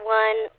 one